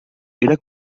era